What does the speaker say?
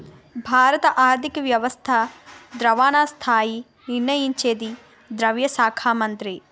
భారత ఆర్థిక వ్యవస్థ ద్రవణ స్థాయి నిర్ణయించేది ద్రవ్య శాఖ మంత్రి